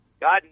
God